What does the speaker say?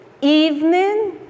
evening